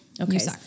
Okay